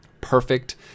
perfect